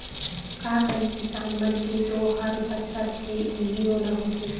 का करही किसान मन के तो हर बछर के इहीं रोना होथे